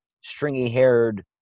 stringy-haired